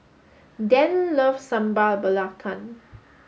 Dan loves Sambal Belacan